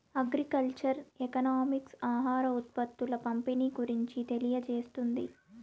agriculture economics ఆహార ఉత్పత్తుల పంపిణీ గురించి తెలియజేస్తుంది